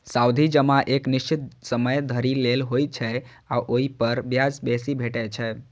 सावधि जमा एक निश्चित समय धरि लेल होइ छै आ ओइ पर ब्याज बेसी भेटै छै